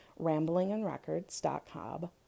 ramblingandrecords.com